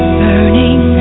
burning